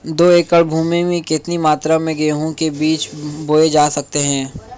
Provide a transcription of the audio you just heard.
दो एकड़ भूमि में कितनी मात्रा में गेहूँ के बीज बोये जा सकते हैं?